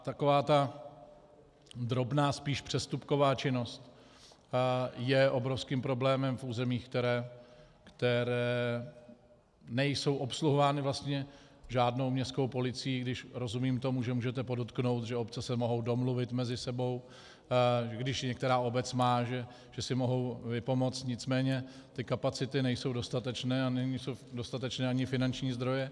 Taková ta drobná, spíš přestupková činnost je obrovským problémem v územích, která nejsou obsluhována vlastně žádnou městskou policií, i když rozumím tomu, že můžete podotknout, že obce se mohou mezi sebou domluvit, když některá obec má, že si mohou vypomoci, nicméně kapacity nejsou dostatečné a nejsou dostatečné ani finanční zdroje.